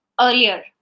earlier